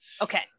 okay